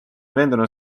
veendunud